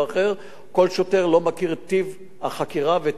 לא כל שוטר מכיר את טיב החקירה וטיב הזיהוי,